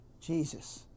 Jesus